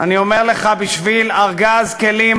אני אומר לך: בשביל ארגז כלים,